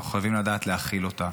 ואנחנו חייבים לדעת להכיל אותה.